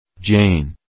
Jane